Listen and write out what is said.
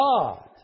God